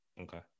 okay